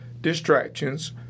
distractions